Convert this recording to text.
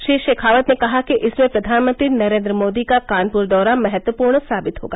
श्री शेखावत ने कहा कि इसमें प्रधानमंत्री नरेंद्र मोदी का कानपुर दौरा महत्वपूर्ण साबित होगा